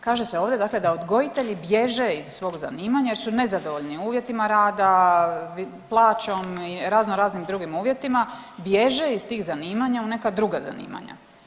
Kaže se ovdje dakle da odgojitelji bježe iz svog zanimanja jer su nezadovoljni uvjetima rada, plaćom i razno raznim drugim uvjetima, bježe iz tih zanimanja u neka druga zanimanja.